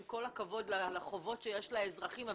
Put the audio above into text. עם כל הכבוד לחובות שמוטלות על האזרחים,